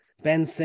Ben